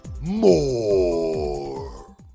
more